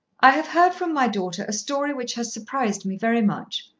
i have heard from my daughter a story which has surprised me very much.